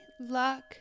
luck